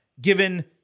given